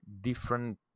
different